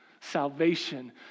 salvation